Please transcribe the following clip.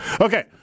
Okay